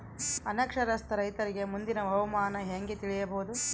ಅನಕ್ಷರಸ್ಥ ರೈತರಿಗೆ ಮುಂದಿನ ಹವಾಮಾನ ಹೆಂಗೆ ತಿಳಿಯಬಹುದು?